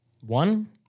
One